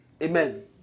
Amen